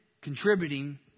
contributing